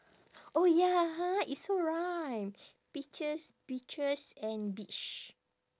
oh ya ha it's so rhyme peaches beaches and beach